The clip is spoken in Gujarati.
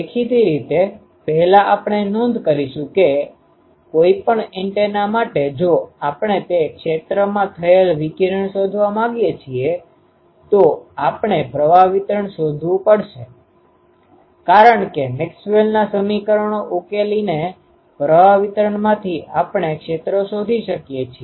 દેખીતી રીતે પહેલા આપણે નોંધ કરીશું કે કોઈપણ એન્ટેના માટે જો આપણે તે ક્ષેત્રમાં થયેલ વિકિરણ શોધવા માંગીએ છીએ તો આપણે પ્રવાહ વિતરણ શોધવુ પડે છે કારણ કે મેક્સવેલના સમીકરણો ઉકેલીને પ્રવાહ વિતરણમાંથી આપણે ક્ષેત્રો શોધી શકીએ છીએ